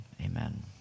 Amen